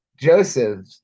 Joseph